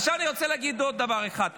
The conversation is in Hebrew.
עכשיו, אני רוצה להגיד עוד דבר אחד.